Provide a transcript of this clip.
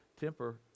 temper